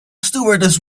stewardess